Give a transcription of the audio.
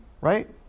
Right